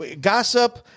gossip